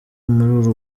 muri